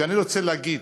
ואני רוצה להגיד: